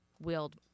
wield